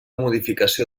modificació